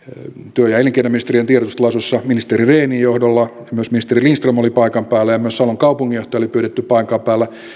työ ja elinkeinoministeriön tiedotustilaisuudessa ministeri rehnin johdolla ja myös ministeri lindström oli paikan päällä ja myös salon kaupunginjohtaja oli pyydetty paikan päälle